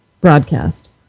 broadcast